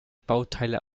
bauteile